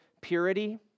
purity